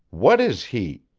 what is he?